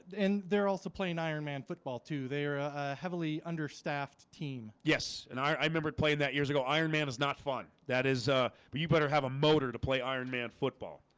and they're also playing ironman football too. they are a heavily understaffed team. yes, and i remember playing that years ago ironman is not fun. that is ah, but you better have a motor to play ironman football